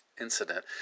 incident